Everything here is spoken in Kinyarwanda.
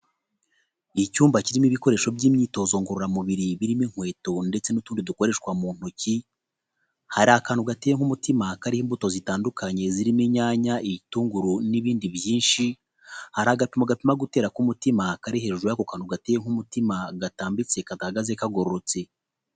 Icyumba kirimo ibikoresho by'imyitozo ngororamubiri birimo inkweto ndetse n'utundi dukoreshwa mu ntoki, hari akantu gateyemba umutima karimo imbuto zitandukanye zirimo inyanya, ibitunguru, n'ibindi byinshi, hari akantu gapima gutera k'umutima kari hejuru y'ako kantu gateye nk'umutima gatambitse kadahagaze kagororotse.